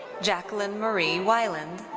jacqueline marie weiland.